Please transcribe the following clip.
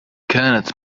كانت